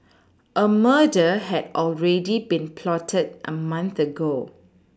a murder had already been plotted a month ago